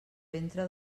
ventre